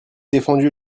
défendu